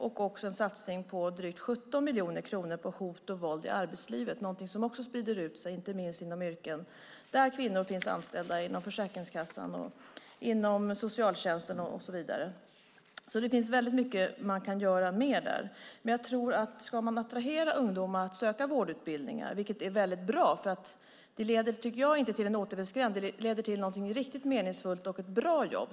Vi har också en satsning på drygt 17 miljoner kronor på hot och våld i arbetslivet, något som sprider sig inte minst inom yrken där kvinnor finns anställda, till exempel inom Försäkringskassan, socialtjänsten och så vidare. Det finns väldigt mycket mer man kan göra där. Det är bra om man kan attrahera ungdomar till att söka vårdutbildningar, för det leder inte till en återvändsgränd utan till ett riktigt meningsfullt och bra jobb.